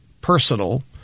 personal